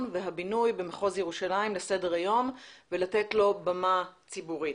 והבינוי במחוז ירושלים ולתת לו במה ציבורית.